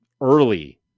early